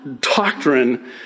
doctrine